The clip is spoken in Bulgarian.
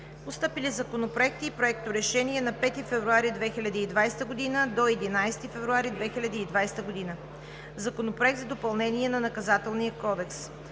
Постъпили законопроекти и проекторешения на 5 февруари 2020 г. до 11 февруари 2020 г.: Законопроект за допълнение на Наказателния кодекс.